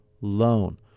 loan